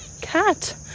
cat